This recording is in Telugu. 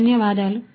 ధన్యవాదాలు